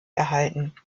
erhalten